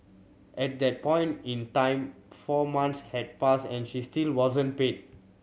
at that point in time four months had passed and she still wasn't paid